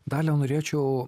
dalia norėčiau